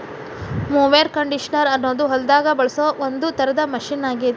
mower conditioner ಅನ್ನೋದು ಹೊಲದಾಗ ಬಳಸೋ ಒಂದ್ ತರದ ಮಷೇನ್ ಆಗೇತಿ